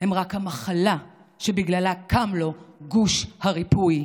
הם רק המחלה שבגללה קם לו גוש הריפוי,